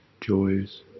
joys